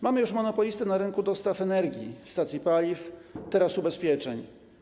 Mamy już monopolistę na rynkach dostaw energii, stacji paliw, teraz ubezpieczeń.